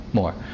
more